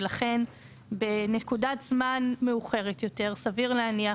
ולכן בנקודת זמן מאוחרת יותר סביר להניח